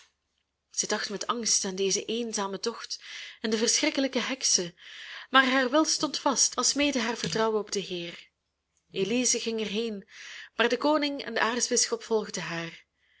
zij dacht met angst aan dezen eenzamen tocht en aan de verschrikkelijke heksen maar haar wil stond vast alsmede haar vertrouwen op den heer elize ging er heen maar de koning en de aartsbisschop volgden haar